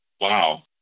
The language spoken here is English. wow